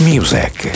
Music